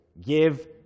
give